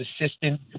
assistant